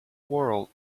world